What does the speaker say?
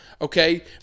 okay